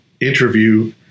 interview